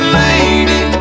lady